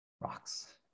Rocks